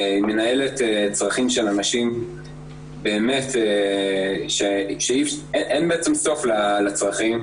היא מנהלת צרכים של אנשים שבאמת אין בעצם סוף לצרכים,